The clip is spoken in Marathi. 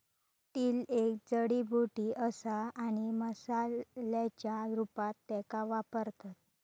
डिल एक जडीबुटी असा आणि मसाल्याच्या रूपात त्येका वापरतत